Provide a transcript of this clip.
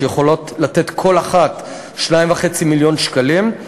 שיכולות לתת כל אחת 2.5 מיליון שקלים.